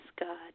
God